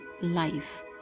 life